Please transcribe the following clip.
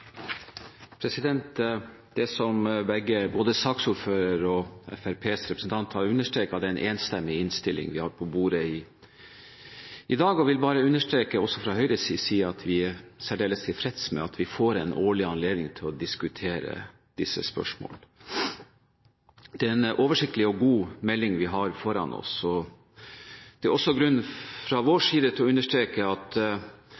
som både saksordføreren og Fremskrittspartiets representant har understreket, en enstemmig innstilling vi har på bordet i dag. Jeg vil bare understreke fra Høyres side at vi er særdeles tilfreds med at vi får en årlig anledning til å diskutere disse spørsmålene. Det er en oversiktlig og god melding vi har foran oss. Det er fra vår side også grunn til å understreke at